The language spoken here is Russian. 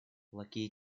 лакей